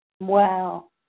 Wow